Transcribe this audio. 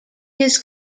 his